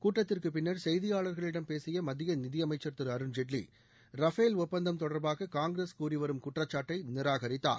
கூட்டத்திற்கு பின்னர் செய்தியாளர்களிடம் பேசிய மத்திய நிதியமைச்சர் திரு அருண்ஜேட்லி ரஃபேல் ஒப்பந்தம் தொடர்பாக காங்கிரஸ் கூறிவரும் குற்றச்சாட்டை நிராகரித்தார்